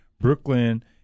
Brooklyn